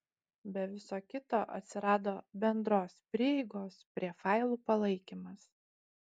be viso kito atsirado bendros prieigos prie failų palaikymas